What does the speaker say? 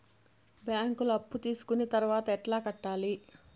బ్యాంకులో అప్పు తీసుకొని తర్వాత ఎట్లా కట్టాలి?